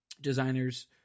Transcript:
designers